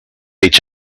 each